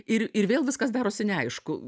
ir ir vėl viskas darosi neaišku